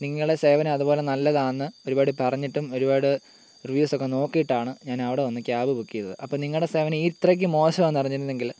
നിങ്ങളുടെ സേവനം അതുപോലെ നല്ലതാണെന്ന് ഒരുപാട് പറഞ്ഞിട്ടും ഒരുപാട് റിവ്യൂസ് ഒക്കെ നോക്കീട്ടാണ് ഞാൻ അവിടെ വന്ന് ക്യാബ് ബുക്ക് ചെയ്തത് അപ്പോൾ നിങ്ങളുടെ സേവനം ഇത്രയ്ക്ക് മോശമാണെന്നറിഞ്ഞിരുന്നെങ്കിൽ